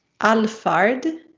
Alfard